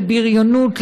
לבריונות,